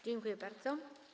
Dziękuję bardzo.